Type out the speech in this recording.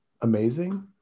amazing